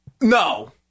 No